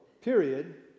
period